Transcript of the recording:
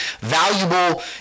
valuable